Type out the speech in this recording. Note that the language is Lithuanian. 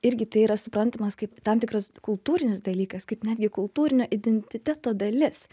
irgi tai yra suprantamas kaip tam tikras kultūrinis dalykas kaip netgi kultūrinio identiteto dalis